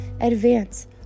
advance